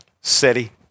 city